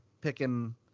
picking